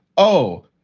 oh,